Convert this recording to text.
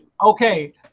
Okay